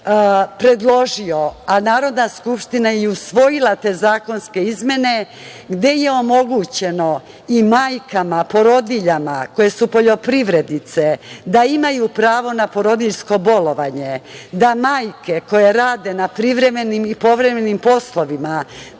a Narodna skupština i usvojila te zakonske izmene, gde je omogućeno i majkama porodiljama koje su poljoprivrednice, da imaju pravo na porodiljsko bolovanje, da majke koje rade na privremenim i povremenim poslovima,